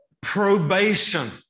probation